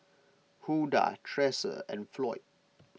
Huldah Tresa and Floyd